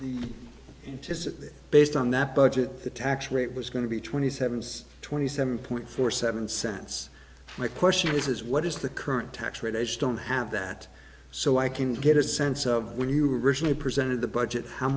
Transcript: is based on that budget the tax rate was going to be twenty seven twenty seven point four seven cents my question is what is the current tax rate i just don't have that so i can get a sense of when you originally presented the budget how